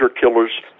killers